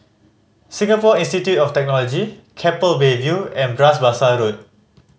Singapore Institute of Technology Keppel Bay View and Bras Basah Road